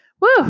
Woo